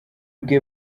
bwe